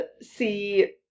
see